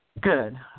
Good